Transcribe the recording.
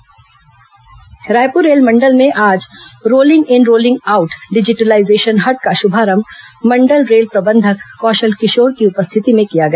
railway digitalization hut Raipur रेलमंडल में आज rolling in rolling out digitalization hut का शुभारंभ मंडल रेल प्रबंधक कौशल किशोर की उपस्थित में किया गया